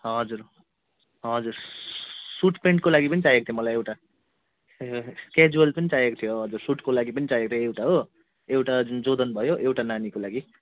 हजुर हजुर हजुर सुट प्यान्टको लागि पनि चाहिएको थियो मलाई एउटा क्याज्वल पनि चाहिएको थियो हजुर सुटको लागि पनि चाहिएको थियो एउटा हो एउटा जोर्डन भयो एउटा नानीको लागि